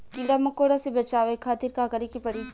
कीड़ा मकोड़ा से बचावे खातिर का करे के पड़ी?